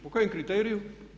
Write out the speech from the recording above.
Po kojem kriteriju?